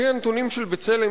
לפי הנתונים של "בצלם",